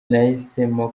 nahisemo